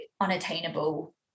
unattainable